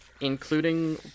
including